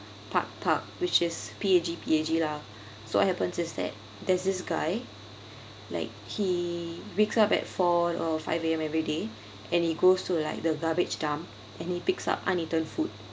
pag-pag which is P A G P A G lah so what happens is that there's this guy like he wakes up at four or five A_M every day and he goes to like the garbage dump and he picks up uneaten food